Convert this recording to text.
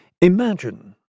Imagine